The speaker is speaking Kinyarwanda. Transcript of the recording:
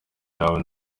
yawe